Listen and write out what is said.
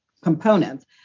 components